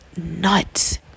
nuts